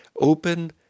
open